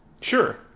Sure